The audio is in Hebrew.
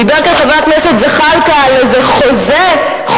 דיבר כאן חבר הכנסת זחאלקה על איזה חוזה עבודה.